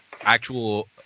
actual